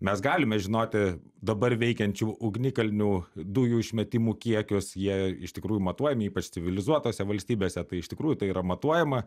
mes galime žinoti dabar veikiančių ugnikalnių dujų išmetimų kiekius jie iš tikrųjų matuojami ypač civilizuotose valstybėse tai iš tikrųjų tai yra matuojama